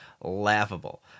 laughable